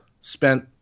spent